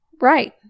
Right